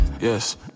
yes